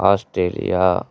Australia